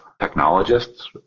technologists